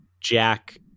Jack